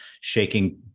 shaking